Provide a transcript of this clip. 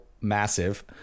massive